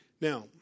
Now